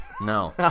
no